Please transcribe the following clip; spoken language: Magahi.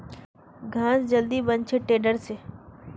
घास जल्दी बन छे टेडर से